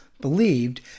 believed